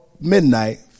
midnight